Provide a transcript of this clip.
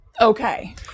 Okay